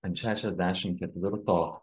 ant šešiasdešim ketvirto